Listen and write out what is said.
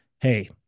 hey